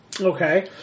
Okay